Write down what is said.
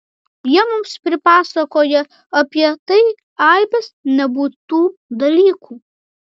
jie mums pripasakoja apie tai aibes nebūtų dalykų